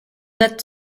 that